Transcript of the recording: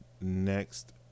next